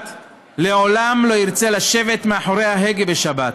לעולם לא ירצה לשבת מאחורי ההגה בשבת.